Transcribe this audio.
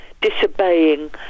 disobeying